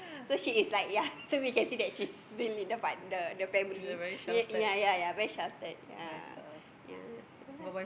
so she is like ya so we can say that she's really the part~ the family ya ya ya very sheltered ya ya so ya lah